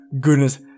Goodness